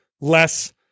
less